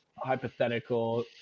hypothetical